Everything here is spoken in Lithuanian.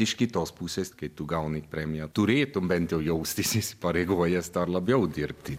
iš kitos pusės kai tu gauni premiją turėtum bent jau jaustis įsipareigojęs dar labiau dirbti